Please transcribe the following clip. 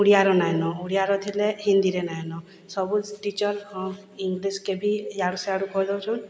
ଓଡ଼ିଆର ନାଇଁନ ଓଡ଼ିଆର ଥିଲେ ହିନ୍ଦୀରେ ନାଇଁନ ସବୁ ଟିଚର ଇଂଲିଶକୁ ବି ଇଆଡ଼ୁସିଆଡ଼ୁ କହି ଦେଉଛନ୍ତି